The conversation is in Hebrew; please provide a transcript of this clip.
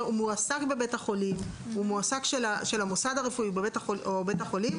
מועסק של המוסד הרפואי בבית החולים,